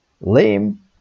Lame